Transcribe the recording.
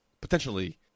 potentially